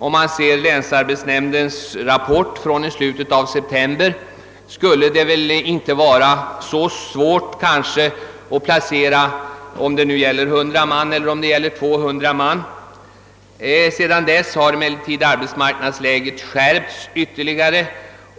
Om man läser länsarbetsnämndens rapport från slutet av september får man uppfattningen att det väl inte skulle vara så svårt att placera de 100 eller 200 man som det nu gäller. Sedan dess har emellertid arbetsmarknadsläget skärpts ytterligare,